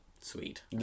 Sweet